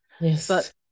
Yes